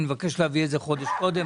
אני מבקש להביא את זה חודש קודם.